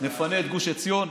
נפנה את גוש עציון?